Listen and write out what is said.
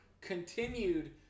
continued